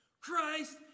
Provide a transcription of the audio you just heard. Christ